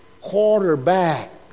Quarterback